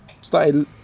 started